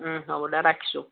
হ'ব দে ৰাখিছোঁ